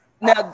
now